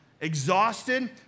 exhausted